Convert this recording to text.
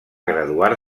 graduar